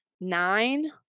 nine